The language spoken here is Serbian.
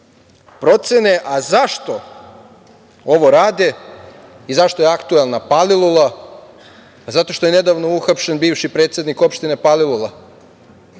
procene.Zašto ovo rade i zašto je aktuelna Palilula? Zato što je nedavno uhapšen bivši predsednik opštine Palilula.